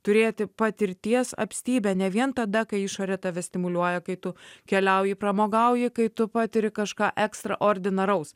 turėti patirties apstybę ne vien tada kai išorė tave stimuliuoja kai tu keliauji pramogauji kai tu patiri kažką ekstraordinaraus